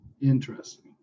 interesting